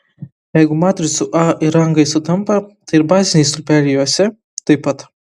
jeigu matricų a ir rangai sutampa tai ir baziniai stulpeliai jose taip pat